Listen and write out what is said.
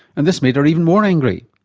and this made her even more angry.